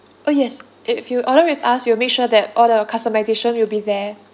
oh yes if you order with us we'll make sure that all the customisation will be there